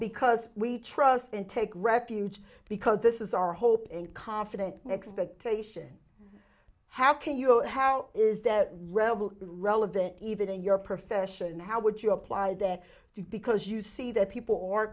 because we trust and take refuge because this is our hope and confident expectation how can you how is that rebel relevant even in your profession how would you apply that to because you see that people are